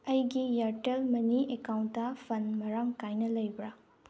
ꯑꯩꯒꯤ ꯏꯌꯥꯔꯇꯦꯜ ꯃꯅꯤ ꯑꯦꯀꯥꯎꯟꯗ ꯐꯟ ꯃꯔꯥꯡ ꯀꯥꯏꯅ ꯂꯩꯕ꯭ꯔꯥ